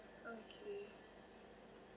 okay